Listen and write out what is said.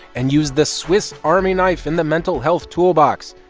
and use the swiss army knife in the mental health toolbox,